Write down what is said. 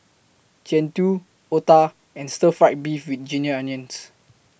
Jian Dui Otah and Stir Fry Beef with Ginger Onions